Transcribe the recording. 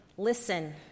listen